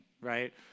right